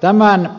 tämän